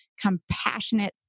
compassionate